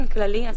וזה